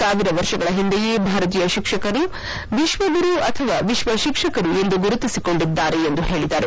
ಸಾವಿರ ವರ್ಷಗಳ ಹಿಂದೆಯೇ ಭಾರತೀಯ ಶಿಕ್ಷಕರು ವಿಶ್ವಗುರು ಅಥವಾ ವಿಶ್ವ ತಿಕ್ಷಕರು ಎಂದು ಗುರುತಿಸಿಕೊಂಡಿದ್ದಾರೆ ಎಂದು ಹೇಳಿದರು